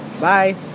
Bye